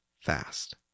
fast